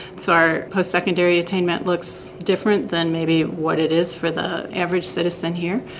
so our post-secondary attainment looks different than maybe what it is for the average citizen here,